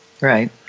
Right